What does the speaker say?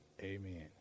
amen